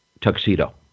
tuxedo